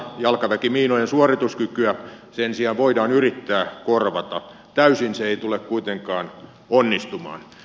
jalkaväkimiinojen suorituskykyä sen sijaan voidaan yrittää korvata täysin se ei tule kuitenkaan onnistumaan